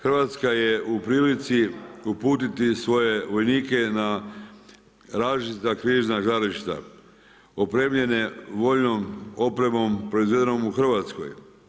Hrvatska je u prilici uputiti svoje vojnike na različita krizna žarišta opremljene vojnom opremom proizvedenom u Hrvatskoj.